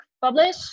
publish